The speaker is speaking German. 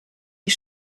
die